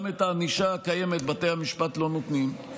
גם את הענישה הקיימת בתי המשפט לא נותנים.